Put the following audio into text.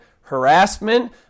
harassment